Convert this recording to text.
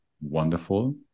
wonderful